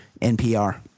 NPR